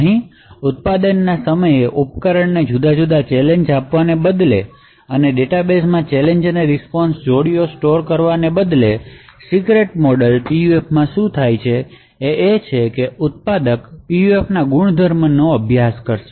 અહીં ઉત્પાદનના સમયે ઉપકરણને જુદા જુદા ચેલેંજ આપવાને બદલે અને ડેટાબેસમાં ચેલેંજ રીસ્પોન્શ જોડીઓ સ્ટોર કરવાને બદલે સિક્રેટ મોડેલ PUFમાં શું થાય છે તે છે કે ઉત્પાદક PUFના ગુણધર્મોનો અભ્યાસ કરશે